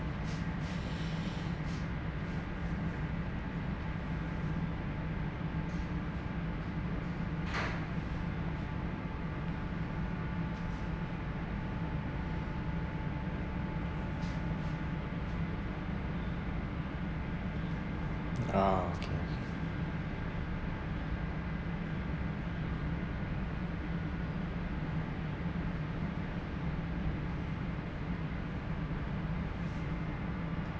uh okay